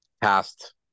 past